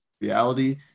reality